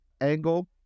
angle